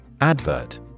Advert